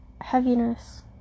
heaviness